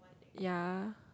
ya